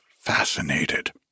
Fascinated